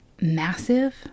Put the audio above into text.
massive